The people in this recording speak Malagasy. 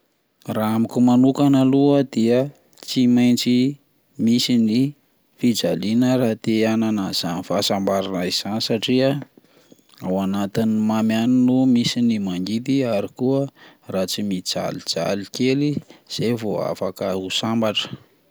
Raha amiko manokana aloha dia tsy maitsy misy ny fijaliana raha te hanana anizany fahasambarana izay satria ao anatin'ny mamy ihany no misy ny mangidy ary koa raha tsy mijalijaly kely izay vao afaka ny ho sambatra.